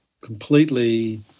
completely